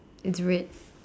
it's red